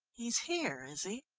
he's here, is he?